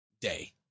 day